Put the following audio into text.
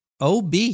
OB